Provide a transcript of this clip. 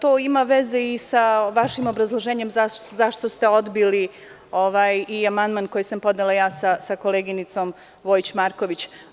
To ima veze sa vašim obrazloženjem zašto ste odbili amandman koji sam podnela ja sa koleginicom Vojić Marković.